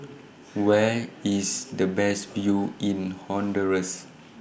Where IS The Best View in Honduras